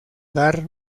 dar